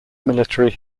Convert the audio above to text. military